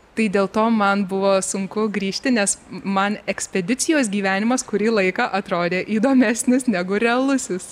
tai dėl to man buvo sunku grįžti nes man ekspedicijos gyvenimas kurį laiką atrodė įdomesnis negu realusis